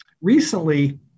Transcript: recently